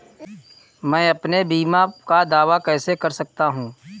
मैं अपने बीमा का दावा कैसे कर सकता हूँ?